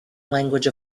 language